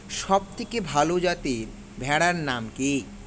সবথেকে ভালো যাতে ভেড়ার নাম কি?